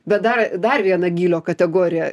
bet dar dar viena gylio kategorija